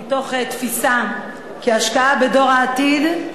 מתוך תפיסה כי השקעה בדור העתיד,